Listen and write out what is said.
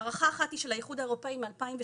הערכה אחת היא של האיחוד האירופי מ-2018,